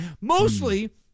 Mostly